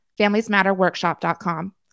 familiesmatterworkshop.com